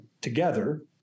together